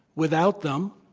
without them,